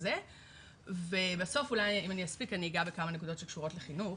הזה ובסוף אם אספיק אגע בכמה נקודות שקשורות לחינוך.